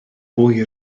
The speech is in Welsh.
bwy